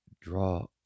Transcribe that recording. draw